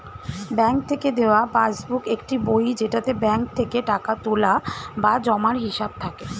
bank থেকে দেওয়া passbook একটি বই যেটাতে ব্যাঙ্ক থেকে টাকা তোলা বা জমার হিসাব থাকে